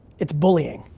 it's bullying.